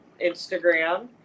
Instagram